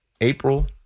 April